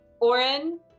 Oren